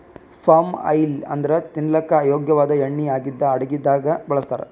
palm oil ಅಂದ್ರ ತಿನಲಕ್ಕ್ ಯೋಗ್ಯ ವಾದ್ ಎಣ್ಣಿ ಆಗಿದ್ದ್ ಅಡಗಿದಾಗ್ ಬಳಸ್ತಾರ್